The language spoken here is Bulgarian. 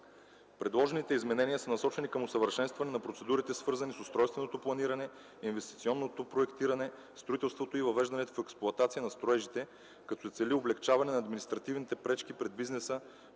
Предложените изменения са насочени към усъвършенстване на процедурите, свързани с устройственото планиране, инвестиционното проектиране, строителството и въвеждането в експлоатация на строежите, като се цели облекчаване на административните пречки пред бизнеса